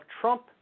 Trump